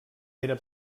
era